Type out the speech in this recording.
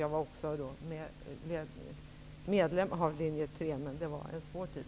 Jag var också anhängare av linje 3, men det var en svår tid.